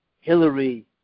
Hillary